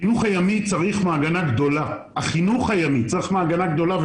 החינוך הימי צריך מעגנה גדולה ואומר לכם למה.